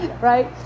right